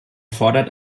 forderte